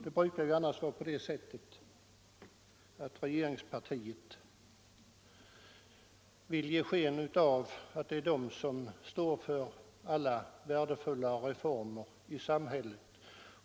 Det brukar ju annars vara så att regeringspartiet vill ge sken av att det är detta som står för alla värdefulla reformer i samhället